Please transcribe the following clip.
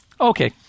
Okay